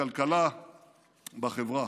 בכלכלה, בחברה.